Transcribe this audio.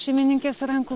šeimininkės rankų